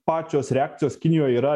pačios reakcijos kinijoj yra